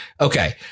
Okay